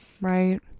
right